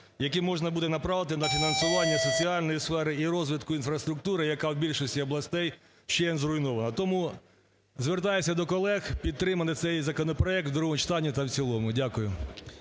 які можна буде направити на фінансування соціальної сфери і розвитку інфраструктури, яка в більшості областей вщент зруйнована. Тому звертаюся до колег підтримати цей законопроект в другому читанні та в цілому. Дякую.